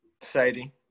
Sadie